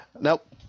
Nope